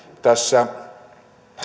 tässä